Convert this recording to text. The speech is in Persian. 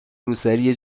روسری